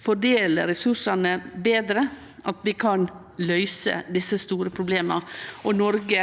fordele resursane betre at vi kan løyse desse store problema. Noreg